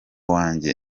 wanjye